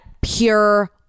pure